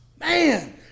Man